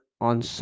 on